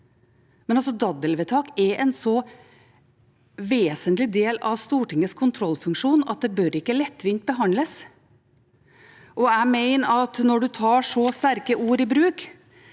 Daddelvedtak er en så vesentlig del av Stortingets kontrollfunksjon at det ikke bør behandles lettvint. Jeg mener at når man tar så sterke ord i bruk